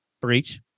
Breach